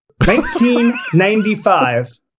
1995